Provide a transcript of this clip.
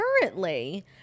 currently